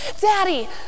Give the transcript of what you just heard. Daddy